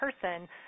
person